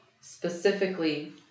specifically